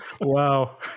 Wow